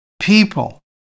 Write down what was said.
people